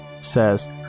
says